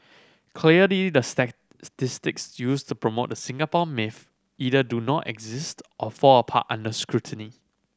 clearly the used to promote the Singapore myth either do not exist or fall apart under scrutiny